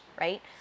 Right